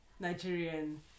nigerian